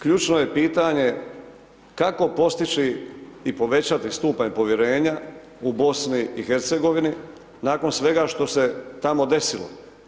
Ključno je pitanje kako postići i povećati stupanj povjerenja u BiH-u nakon svega što se tamo desilo?